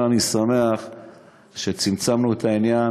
אני שמח שצמצמנו את העניין,